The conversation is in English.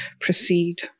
proceed